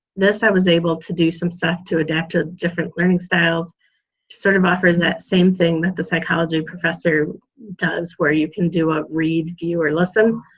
this i was able to do some stuff to adapt to different learning styles, to sort of offering that same thing that the psychology professor does where you can do up read, view a lesson.